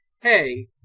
hey